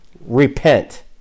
Repent